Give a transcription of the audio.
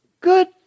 Good